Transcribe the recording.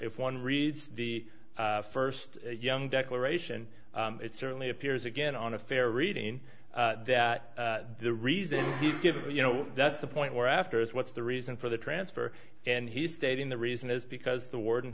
if one reads the first young declaration it certainly appears again on a fair reading that the reason he's given you know that's the point we're after is what's the reason for the transfer and he stayed in the reason is because the ward